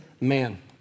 man